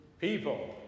People